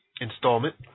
installment